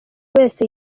wese